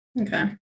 Okay